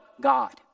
God